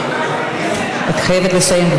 את חייבת לסיים,